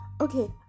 okay